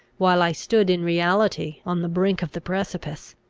while i stood in reality on the brink of the precipice!